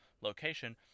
location